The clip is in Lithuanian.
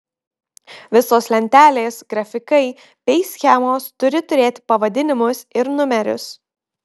visos lentelės grafikai bei schemos turi turėti pavadinimus ir numerius